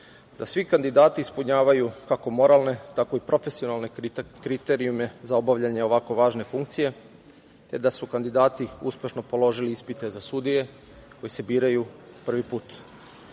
da svi kandidati ispunjavaju kako moralne, tako i profesionalne kriterijume za obavljanje ovako važne funkcije, te da su kandidati uspešno položili ispite za sudije koje se biraju prvi put.